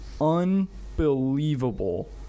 unbelievable